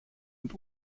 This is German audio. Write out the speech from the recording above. und